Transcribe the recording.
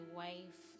wife